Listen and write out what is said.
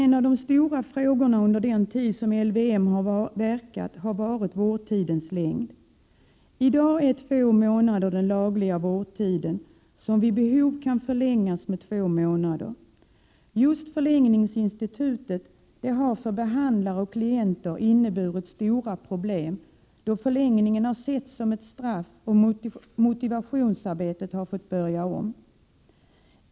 En av de stora frågorna under den tid som LVM har gällt har rört vårdtidens längd. I dag är vårdtiden enligt lagen två månader. Vårdtiden kan vid behov förlängas med ytterligare två månader. Just förlängningsinstitutet har för behandlare och klienter inneburit stora problem, då förlängningen setts som ett straff. Man har tvingats börja om med arbetet att motivera missbrukaren.